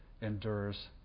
endures